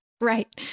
Right